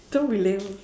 don't be lame